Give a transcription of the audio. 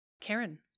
Karen